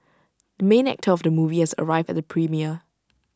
the main actor of the movie has arrived at the premiere